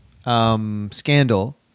scandal